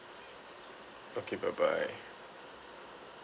okay bye bye